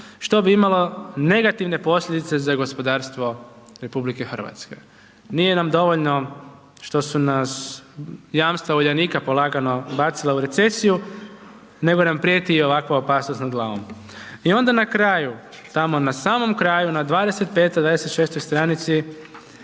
Što bi imalo negativne posljedice za gospodarstvo RH. Nije nam dovoljno što su nas jamstva Uljanika polagano bacila u recesiju, nego nam prijeti i ovakva opasnost nad glavom. I onda na kraju, tamo, na samom kraju na 25, 26 stranici